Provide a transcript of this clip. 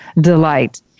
delight